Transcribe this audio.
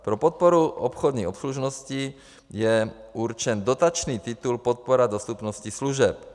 Pro podporu obchodní obslužnosti je určen dotační titul Podpora dostupnosti služeb.